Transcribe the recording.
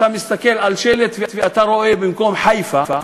אתה מסתכל על שלט ורואה שבמקום "חיפה",